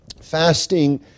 Fasting